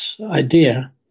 idea